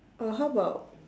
oh how about